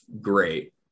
great